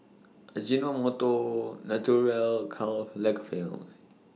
Ajinomoto Naturel Karl Lagerfeld